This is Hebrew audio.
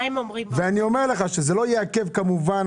ואני אומר לך שזה לא יעכב כמובן,